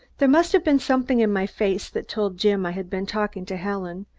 there must have been something in my face that told jim i had been talking to helen,